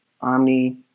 Omni